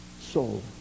soul